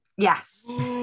Yes